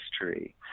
history